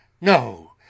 No